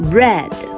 red